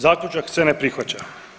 Zaključak se ne prihvaća.